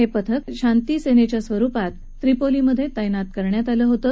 हक्षिक शांती दलाच्या स्वरूपात त्रिपोलीमध्यतींनात करण्यात आलं होतं